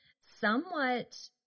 somewhat